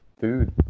food